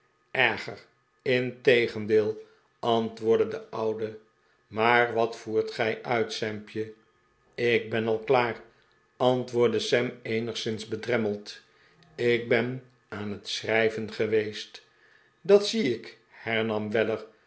erger integendeel antwoordde de oude maar wat voert gij uit sampje ik ben al klaar antwoordde sam eenigszins bedremmeld ik ben aan het schrijven geweest dat zie ik hernam